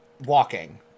Walking